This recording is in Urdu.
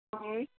کون